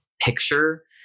picture